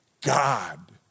God